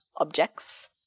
objects